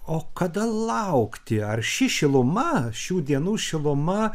o kada laukti ar ši šiluma šių dienų šiluma